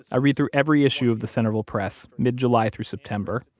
i read through every issue of the centerville press, mid-july through september.